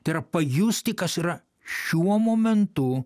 tai yra pajusti kas yra šiuo momentu